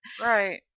Right